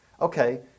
Okay